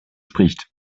spricht